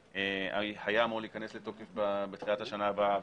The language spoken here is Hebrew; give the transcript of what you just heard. שהיה אמור להיכנס לתוקף בתחילת השנה הבאה,